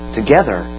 together